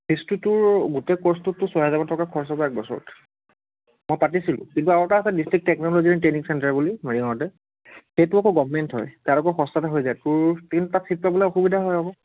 ফিজটোতো গোটেই কৰ্চটোত তো ছয় হাজাৰ মান টকা খৰচ হ'ব একবছৰত মই পাতিছিলোঁ কিন্তু আৰু এটা আছে নিচটেক টেকনলজি এণ্ড ট্ৰেইনিং চেণ্টাৰ বুলি মৰিগাঁৱতে সেইটো আকৌ গভমেণ্ট হয় তাত আকৌ সস্তাতে হৈ যায় তোৰ কিন্তু তাত চিট পাবলৈ অসুবিধা হয় আকৌ